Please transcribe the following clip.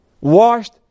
washed